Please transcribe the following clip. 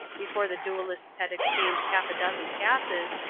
before the duellists had exchanged half a dozen passes,